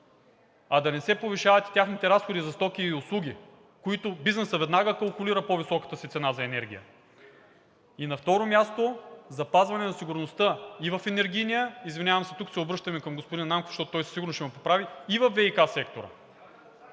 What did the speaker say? а да не се повишават и техните разходи за стоки и услуги, с които бизнесът веднага калкулира по-високата си цена за енергия. И на второ място, запазване на сигурността и в енергийния – извинявам се, тук се обръщаме към господин Нанков, защото той със сигурност ще ме поправи, и във ВиК сектора.